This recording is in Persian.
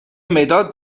مداد